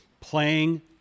playing